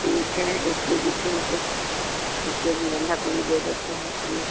ठीक है एक के जी फूल के एक के जी बन्धा गोभी दे देते हैं ठीक